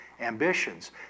ambitions